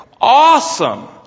awesome